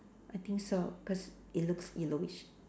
I think so cause it looks yellowish